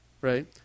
right